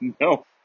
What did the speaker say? no